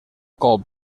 colp